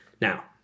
now